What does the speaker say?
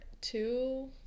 two